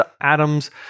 atoms